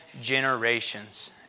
generations